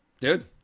Dude